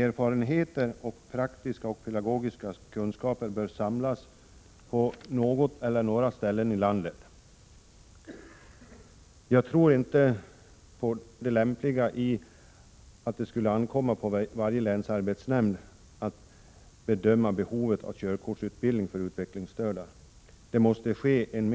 Erfarenheter och praktiska och pedagogiska kunskaper bör samlas på något eller några ställen i landet. Jag tror inte på det lämpliga i att det skall ankomma på varje länsarbetsnämnd att bedöma behovet av körkortsutbildning för utvecklingsstörda. Det måste ske en.